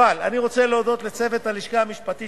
אבל אני רוצה להודות לצוות הלשכה המשפטית